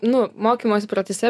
nu mokymosi procese